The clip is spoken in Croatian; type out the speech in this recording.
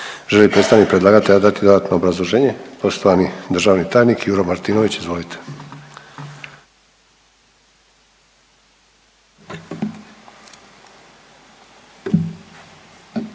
Želi li predstavnik predlagatelja dati dodatno obrazloženje? Poštovani državni tajnik Juro Martinović, izvolite.